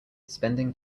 spending